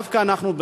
דווקא אנחנו,